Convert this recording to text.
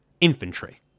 Infantry